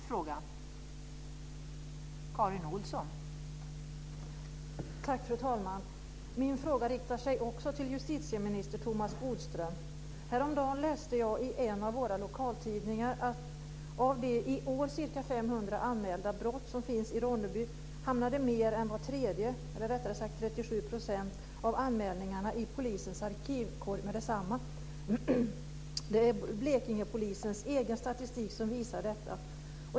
Fru talman! Min fråga riktar sig också till justitieminister Thomas Bodström. Häromdagen läste jag i en av våra lokaltidningar att av de i år ca 500 anmälda brotten i Ronneby hamnade mer än var tredje, eller rättare sagt 37 %, av anmälningarna i polisens arkivkorg meddetsamma. Det är Blekingepolisens egen statistik som visar detta.